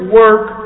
work